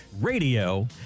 radio